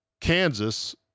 Kansas